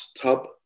tub